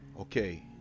Okay